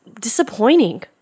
disappointing